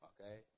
Okay